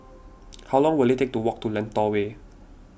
how long will it take to walk to Lentor Way